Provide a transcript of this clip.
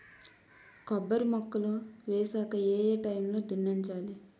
కొబ్బరి మొక్కలు వేసాక ఏ ఏ టైమ్ లో దున్నించాలి?